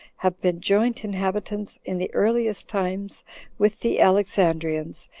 have been joint inhabitants in the earliest times with the alexandrians,